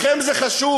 לכם זה חשוב,